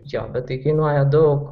jo tai kainuoja daug